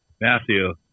Matthew